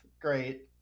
Great